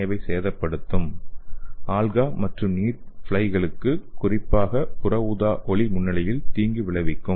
ஏவை சேதப்படுத்தும் ஆல்கா மற்றும் நீர் பிளைகளுக்கு குறிப்பாக புற ஊதா ஒளி முன்னிலையில் தீங்கு விளைவிக்கும்